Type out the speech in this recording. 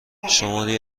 شماری